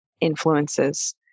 influences